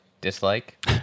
dislike